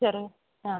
ചെറു ആ